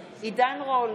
רול,